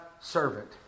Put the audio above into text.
servant